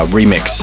remix